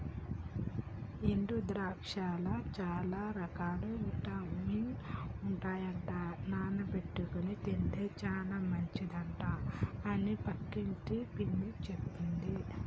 ఎండు ద్రాక్షలల్ల చాల రకాల విటమిన్స్ ఉంటాయట నానబెట్టుకొని తింటే చాల మంచిదట అని పక్కింటి పిన్ని చెప్పింది